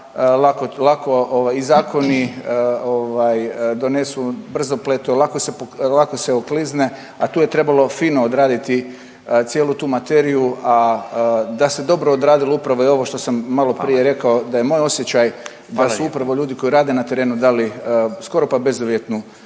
lako i zakoni donesu brzopleto, lako se oklizne, a tu je trebalo fino odraditi cijelu tu materiju. A da se dobro odradilo upravo i ovo što sam malo prije rekao da je moj osjećaj da su upravo ljudi koji rade na terenu dali skoro pa bezuvjetnu